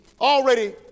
already